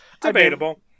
Debatable